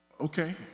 Okay